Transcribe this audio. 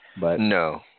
No